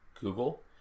Google